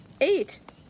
eight